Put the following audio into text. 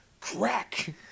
crack